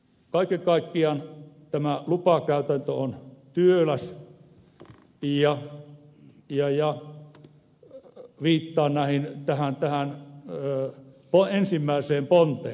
kaiken kaikkiaan tämä lupakäytäntö on työläs ja viittaan mietinnön ensimmäiseen lausumaehdotukseen